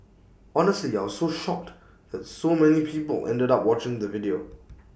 honestly I was shocked that so many people ended up watching the video